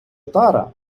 тара